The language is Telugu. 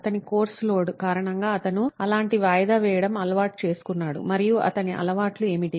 అతని కోర్సు లోడ్ కారణంగా అతను అలాంటి వాయిదా వేయడం అలవాటు చేసుకున్నాడు మరియు అతని అలవాట్లు ఏమిటి